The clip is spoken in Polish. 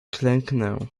klęknę